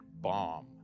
bomb